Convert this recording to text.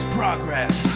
progress